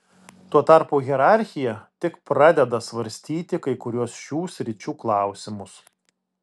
tuo tarpu hierarchija tik pradeda svarstyti kai kuriuos šių sričių klausimus